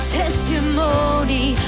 testimony